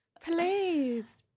Please